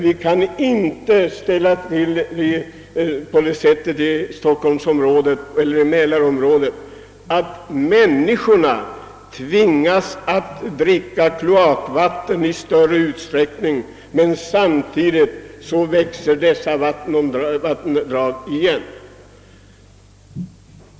Vi kan inte ställa till på det sättet i mälarområdet att människorna tvingas att dricka kloakvatten i allt större utsträckning. Samtidigt växer ju dessa vattendrag igen.